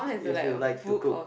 if you like to cook